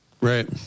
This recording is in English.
Right